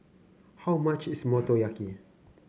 how much is Motoyaki